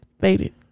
faded